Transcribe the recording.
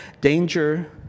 Danger